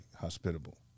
hospitable